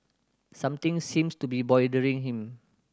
something seems to be bothering him